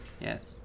Yes